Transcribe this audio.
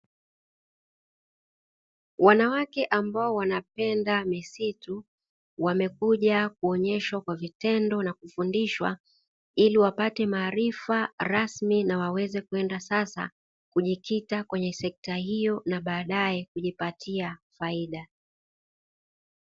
Wanawake ambao wanapenda misitu wamekuja kuonyeshwa kwa vitendo na kufundishwa ili wapate maarifa rasmi na waweze kwenda sasa kujikita kwenye sekta hiyo na baadaye kujipatia faida.